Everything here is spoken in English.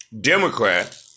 Democrat